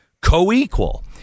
co-equal